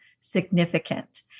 significant